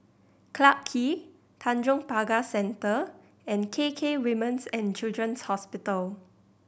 Clarke Quay Tanjong Pagar Centre and K K Women's And Children's Hospital